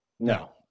No